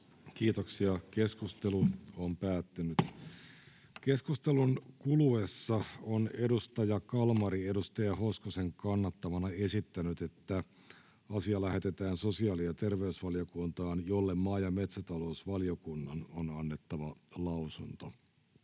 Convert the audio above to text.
parannus. Eihän näin voi jatkua. Keskustelun kuluessa on edustaja Kalmari edustaja Hoskosen kannattamana esittänyt, että asia lähetetään sosiaali- ja terveysvaliokuntaan, jolle maa- ja metsätalousvaliokunnan on annettava lausunto.